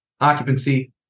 occupancy